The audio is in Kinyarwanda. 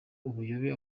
ubuyobe